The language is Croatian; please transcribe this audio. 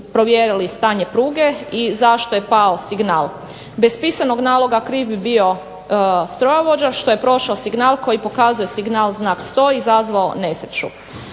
provjerili stanje pruge i zašto je pao signal. Bez pisanog naloga kriv bi bio strojovođa što je prošao signal koji pokazuje signal znak stoj i izazvao nesreću.